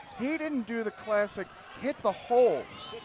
he didn't do the classic hit the holes.